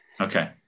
okay